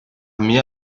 mio